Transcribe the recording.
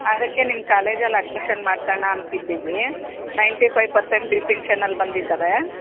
ಅದಕ್ಕೆ ನಿಮ್ಮ ಕಾಲೇಜಲ್ಲಿ ಅಡ್ಮಿಶನ್ ಮಾಡ್ಸೋಣ ಅಂತಿದ್ದೀವಿ ನೈನ್ಟಿ ಫೈವ್ ಪರ್ಸೆಂಟ್ ಡಿಸ್ಟಿಂಕ್ಷನ್ನಲ್ಲಿ ಬಂದಿದ್ದಾರೆ